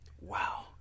Wow